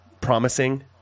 promising